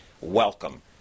Welcome